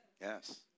Yes